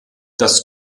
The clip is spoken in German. das